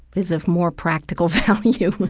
is of more practical value,